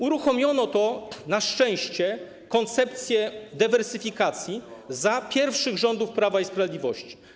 Uruchomiono na szczęście koncepcję dywersyfikacji za pierwszych rządów Prawa i Sprawiedliwości.